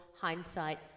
hindsight